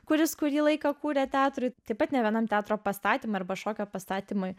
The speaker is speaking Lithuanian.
kuris kurį laiką kūrė teatrui taip pat ne vienam teatro pastatymui arba šokio pastatymui